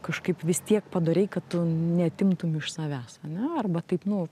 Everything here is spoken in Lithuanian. kažkaip vis tiek padoriai kad tu neatimtum iš savęs ane arba taip nu